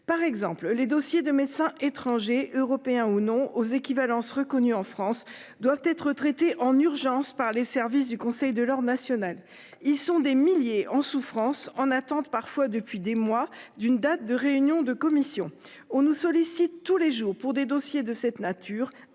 Par exemple les dossiers de médecins étrangers, européens ou non aux équivalences reconnu en France doivent être traités en urgence par les services du Conseil de l'Ordre national. Ils sont des milliers en souffrance en attente parfois depuis des mois d'une date de réunion de commission on nous sollicite tous les jours pour des dossiers de cette nature